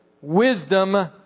wisdom